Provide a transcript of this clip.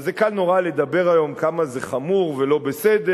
קל נורא לדבר היום כמה זה חמור ולא בסדר